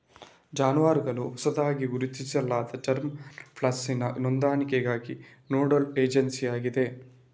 ಜಾನುವಾರುಗಳ ಹೊಸದಾಗಿ ಗುರುತಿಸಲಾದ ಜರ್ಮಾ ಪ್ಲಾಸಂನ ನೋಂದಣಿಗಾಗಿ ನೋಡಲ್ ಏಜೆನ್ಸಿಯಾಗಿದೆ